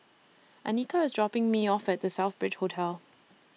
Annika IS dropping Me off At The Southbridge Hotel